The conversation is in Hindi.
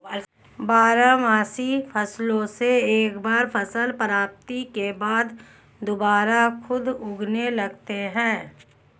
बारहमासी फसलों से एक बार फसल प्राप्ति के बाद दुबारा खुद उगने लगते हैं